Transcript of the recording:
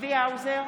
צבי האוזר,